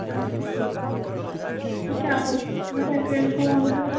اَصٕل پٲٹھۍ تُہۍ کیٛاہ اَز واریاہ کٲلۍ فون کَران